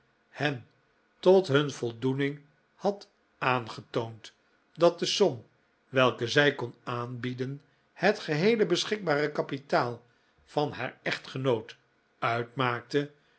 hen tot hun voldoening had aangetoond dat de som welke zij kon aanbieden het geheele beschikbare kapitaal van haar echtgenoot uitmaakte